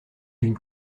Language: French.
d’une